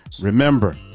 Remember